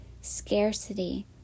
Scarcity